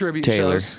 Taylor